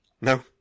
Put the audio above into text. No